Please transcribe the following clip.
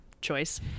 choice